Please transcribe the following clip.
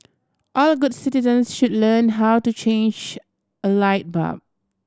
all good citizens should learn how to change a light bulb